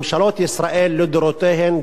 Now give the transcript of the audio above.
ממשלות ישראל לדורותיהן,